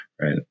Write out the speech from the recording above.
right